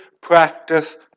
practice